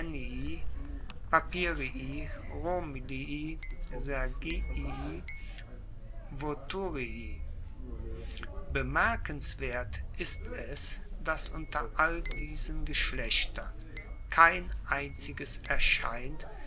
voturii bemerkenswert ist es dass unter all diesen geschlechtern kein einziges erscheint